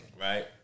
right